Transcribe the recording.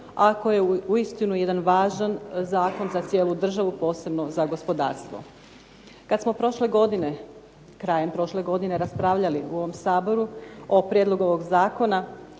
a koji je uistinu jedan važan Zakon za cijelu državu, a pogotovo za gospodarstvo. Kada smo krajem prošle godine raspravljali u Saboru o prijedlogu ovog Zakona,